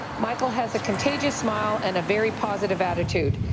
michael has a contagious smile and a very positive attitude.